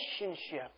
relationship